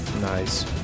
Nice